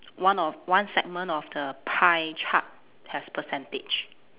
one of one segment of the pie chart has percentage